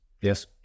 Yes